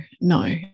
no